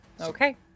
Okay